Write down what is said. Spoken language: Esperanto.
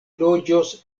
loĝos